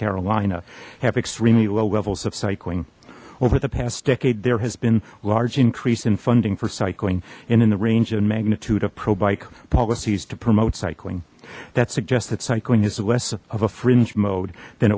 carolina have extremely low levels of cycling over the past decade there has been large increase in funding for cycling and in the range of magnitude of pro bike policies to promote cycling that suggests that cycling is less of a fringe mode than